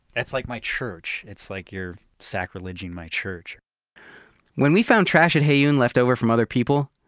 that's like my church. it's like you're sacrileging my church when we found trash in heyoon left over from other people,